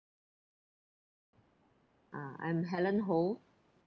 ah I'm helen ho